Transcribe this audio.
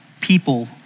people